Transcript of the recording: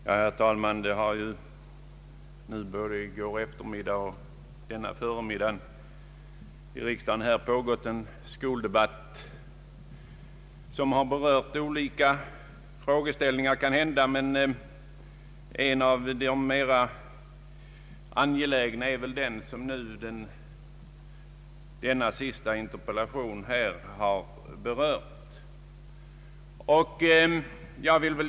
Herr talman! Både i går eftermiddag och denna förmiddag har i riksdagen pågått en skoldebatt som har berört olika frågeställningar. En av de mera angelägna torde vara den som har tagits upp i den sista interpellationen i dag.